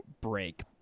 break